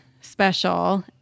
special